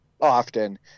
often